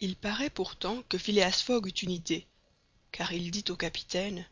il paraît pourtant que phileas fogg eut une idée car il dit au capitaine